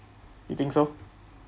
you think so